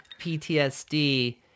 PTSD